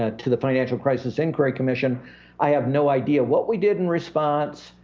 ah to the financial crisis inquiry commission i have no idea what we did in response,